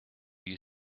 you